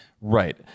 Right